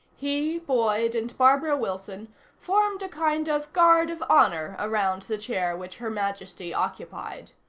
he, boyd and barbara wilson formed a kind of guard of honor around the chair which her majesty occupied.